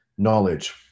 Knowledge